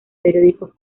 periódicos